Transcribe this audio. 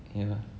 yeah